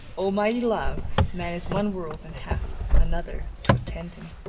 oh mighty love! man is one world, and hath another to attend him.